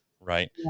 Right